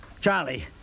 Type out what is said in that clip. Charlie